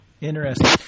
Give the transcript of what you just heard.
Interesting